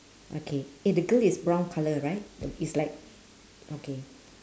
okay eh the girl is brown colour right it's like okay